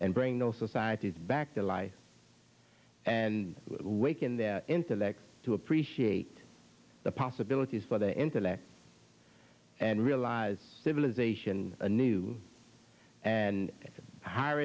and bring those societies back to life and wake in their intellect to appreciate the possibilities for their intellect and realize civilization a new and higher